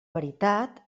veritat